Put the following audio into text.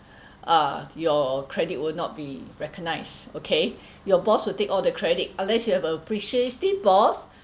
uh your credit will not be recognised okay your boss will take all the credit unless you have a appreciative